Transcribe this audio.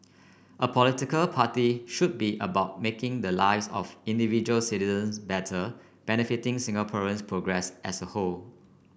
a political party should be about making the lives of individual citizens better benefiting Singaporeans progress as a whole